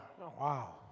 Wow